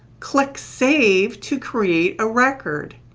click save to create a record.